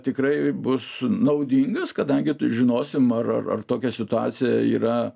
tikrai bus naudingas kadangi žinosim ar ar tokia situacija yra